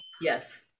Yes